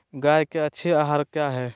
गाय के अच्छी आहार किया है?